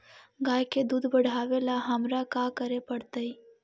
गाय के दुध बढ़ावेला हमरा का करे पड़तई?